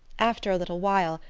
after a little while,